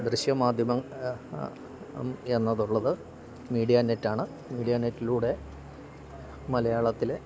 ദൃശ്യമാധ്യമം എന്നതുള്ളത് മീഡിയാനെറ്റ് ആണ് മീഡിയാനെറ്റിലൂടെ മലയാളത്തിലെ